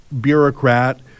bureaucrat